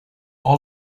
all